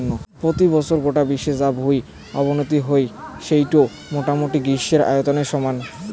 পত্যি বছর গোটা বিশ্বত যা ভুঁই অবনতি হই সেইটো মোটামুটি গ্রীসের আয়তনের সমান